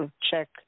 check